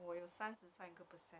我有三十三个 percent